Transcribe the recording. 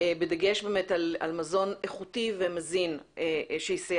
בדגש באמת על מזון איכותי ומזין שיסיע